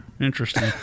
Interesting